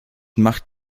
macht